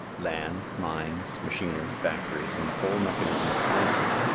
land, mines, machinery, factories and the whole mechanism of transport,